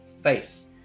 faith